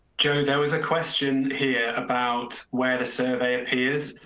joe, there was a question here about where the survey appears.